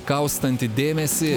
kaustanti dėmesį